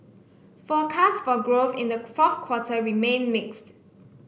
forecasts for growth in the fourth quarter remain mixed